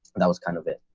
that was kind of it.